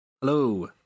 Hello